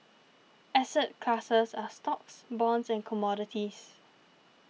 asset classes are stocks bonds and commodities